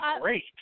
great